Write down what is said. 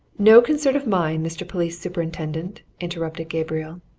no concern of mine, mr. police-superintendent! interrupted gabriel.